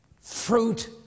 fruit